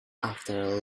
after